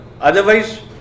otherwise